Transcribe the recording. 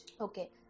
Okay